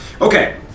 Okay